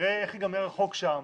נראה איך ייגמר החוק שם,